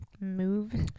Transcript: Move